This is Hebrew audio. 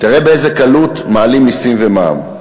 תראה באיזו קלות מעלים מסים ומע"מ.